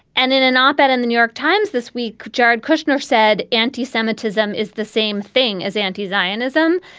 and in an op ed in the new york times this week. jared kushner said anti-semitism is the same thing as anti-zionism,